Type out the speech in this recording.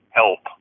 help